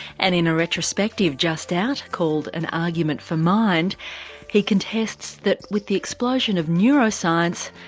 and in a retrospective just out called an argument for mind he contests that, with the explosion of neuroscience,